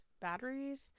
batteries